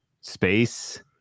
space